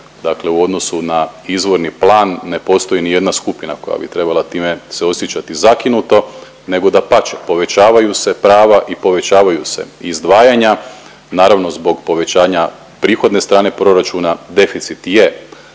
dakle u odnosu na izvorni plan ne postoji nijedna skupina koja bi trebala time se osjećati zakinuto, nego dapače, povećavaju se prava i povećavaju se izdvajanja. Naravno zbog povećanja prihodne strane proračuna deficit je